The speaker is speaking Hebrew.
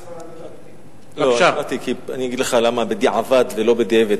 אגיד לך למה בדיעֲבַד ולא בדיעֶבֶד.